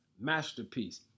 masterpiece